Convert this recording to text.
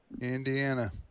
Indiana